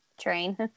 train